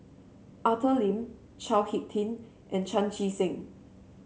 Arthur Lim Chao HicK Tin and Chan Chee Seng